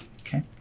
Okay